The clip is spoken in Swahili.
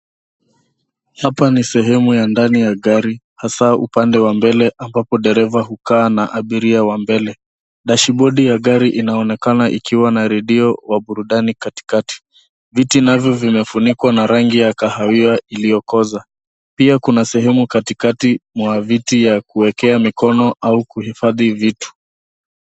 Hapa ni sehemu ya ndani ya gari, hasa upande wa mbele ambapo dereva hukaa na abiria wa mbele. Dashibodi ya gari inaonekana ikiwa na redio wa burudani katikati, viti navyo vimefunikwa na rangi ya kahawia iliyokoza. Pia kuna sehemu katikati mwa viti ya kuwekea mikono au kuhifadhi vitu.